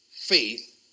faith